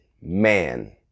man